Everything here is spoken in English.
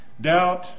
Doubt